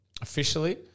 Officially